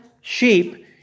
sheep